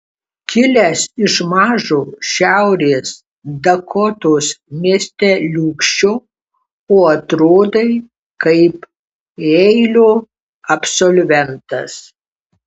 kilęs iš mažo šiaurės dakotos miesteliūkščio o atrodai kaip jeilio absolventas